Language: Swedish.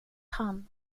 han